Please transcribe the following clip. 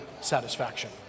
satisfaction